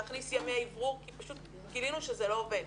להכניס ימי אוורור כי פשוט גילינו שזה לא עובד.